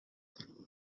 wil